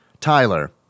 Tyler